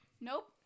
Nope